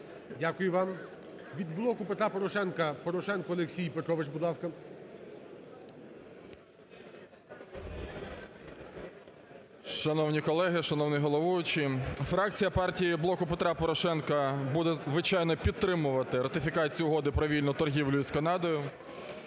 Дякую вам. Від "Блоку Петра Порошенка" Порошенко Олексій Петрович, будь ласка. 10:54:30 ПОРОШЕНКО О.П. Шановні колеги, шановний головуючий, фракція партії "Блоку Петра Порошенка" буде, звичайно, підтримувати ратифікацію Угоди про вільну торгівлю з Канадою.